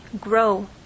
grow